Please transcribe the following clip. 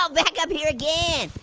ah back up here again.